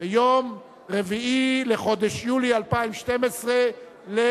ביום 4 בחודש יולי 2012 למניינם.